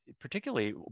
particularly